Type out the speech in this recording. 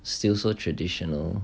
still so traditional